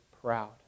proud